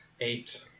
eight